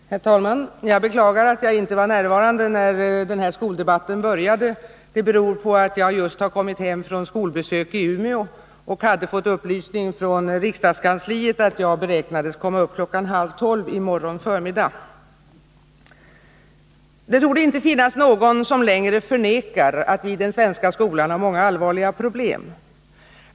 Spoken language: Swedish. Herr talman! Jag beklagar att jag inte var närvarande när den här skoldebatten började. Det beror på att jag just har kommit hem från skolbesök i Umeå och hade fått upplysning från kammarkansliet att jag beräknades kunna hålla mitt anförande kl. 11.30 i morgon förmiddag. Det torde inte finnas någon som längre förnekar att vi i den svenska skolan har många allvarliga problem.